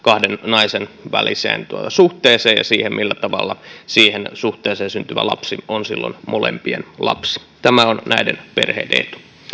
naisen väliseen suhteeseen ja siihen millä tavalla siihen suhteeseen syntyvä lapsi on silloin molempien lapsi tämä on näiden perheiden etu